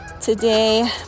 Today